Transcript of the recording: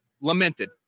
lamented